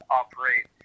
operate